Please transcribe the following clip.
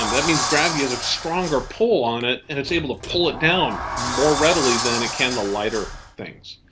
um that means gravity has a stronger pull on it and it's able to pull it down more readily than it can the lighter things.